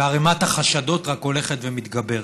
וערמת החשדות רק הולכת וגדלה.